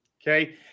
Okay